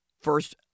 first